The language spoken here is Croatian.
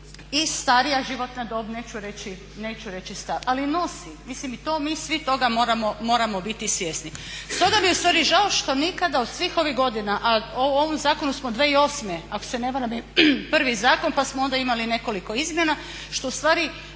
i starija životna dob, neću reći starost, ali nosi. Mislim to mi svi toga moramo biti svjesni. Stoga mi je ustvari žao što nikada svih ovih godina, a o ovom zakonu smo 2008. ako se ne varam je prvi zakon pa smo onda imali nekoliko izmjena, što ustvari